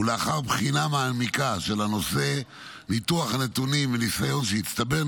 ולאחר בחינה מעמיקה של הנושא וניתוח הנתונים מניסיון שהצטבר,